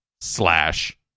slash